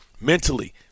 mentally